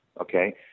Okay